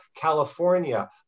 California